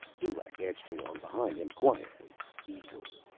dulaq edged along behind him quietly, easily.